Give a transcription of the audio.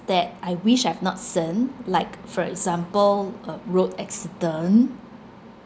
that I wish I've not seen like for example a road accident